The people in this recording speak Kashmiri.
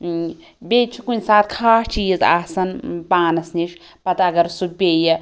بیٖٚیہِ چھِ کُنہ ساتہٕ خاص چیٖز آسان پانَس نِش پَتہٕ اگر سُہ پیٚیہِ